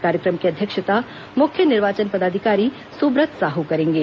कार्यक्रम की अध्यक्षता मुख्य निर्वाचन पदाधिकारी सुब्रत साहू करेंगे